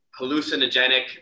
hallucinogenic